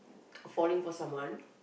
falling for someone